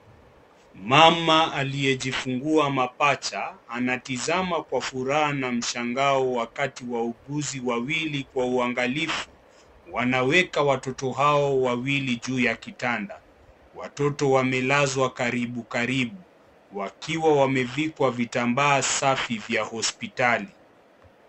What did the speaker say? Mama, aliyejifungua mapacha, anatizama kwa furaha na mshangao wakati wauguzi wawili kwa uangalifu. Anaweka watoto hao wawili juu ya kitanda. Watoto wamelazwa karibu karibu, wakiwa wamefikwa vitambaa safi vya hospitali.